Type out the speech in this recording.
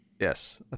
yes